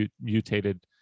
mutated